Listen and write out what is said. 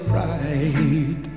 right